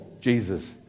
Jesus